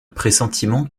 pressentiment